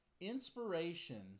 Inspiration